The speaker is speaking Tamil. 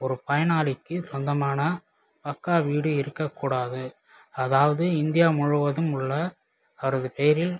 ஒரு பயனாளிக்கு சொந்தமான மக்கா வீடு இருக்கக்கூடாது அதாவது இந்தியா முழுவதும் உள்ள அவரது பெயரில்